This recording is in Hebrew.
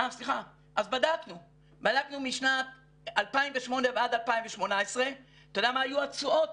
בדקנו משנת 2008 ועד 2018. אתה יודע מה היו התשואות?